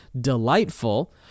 delightful